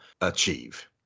achieve